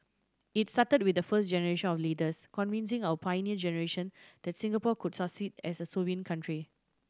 it started with the first generation of leaders convincing our Pioneer Generation that Singapore could succeed as a sovereign country